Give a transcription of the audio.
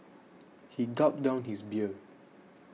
he gulped down his beer